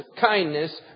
kindness